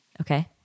Okay